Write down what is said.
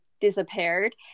disappeared